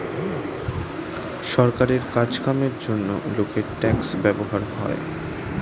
সরকারের কাজ কামের জন্যে লোকের ট্যাক্স ব্যবহার হয়